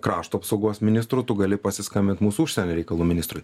krašto apsaugos ministru tu gali pasiskambinti mūsų užsienio reikalų ministrui